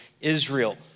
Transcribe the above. Israel